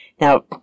Now